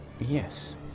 yes